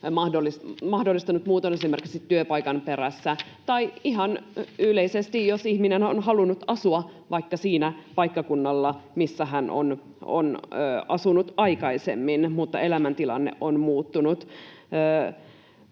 pienituloisille muuton esimerkiksi työpaikan perässä — tai ihan yleisesti, jos ihminen on halunnut asua vaikka sillä paikkakunnalla, missä hän on asunut aikaisemmin, mutta elämäntilanne on muuttunut.